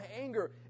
anger